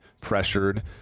pressured